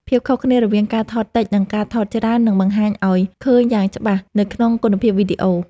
ភាពខុសគ្នារវាងការថតតិច និង ការថតច្រើននឹងបង្ហាញឱ្យឃើញយ៉ាងច្បាស់នៅក្នុងគុណភាពវីដេអូ។